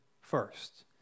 first